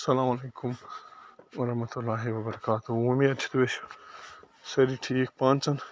اسَلامُ علیکُم وَرحمتُہ اللہِ وَبَرَکاتُہ اُمید چھِ تُہۍ ٲسِو سٲری ٹھیٖک پانٛژَن